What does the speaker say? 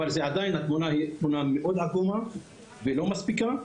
אבל עדיין התמונה מאוד עקומה ולא מספיקה.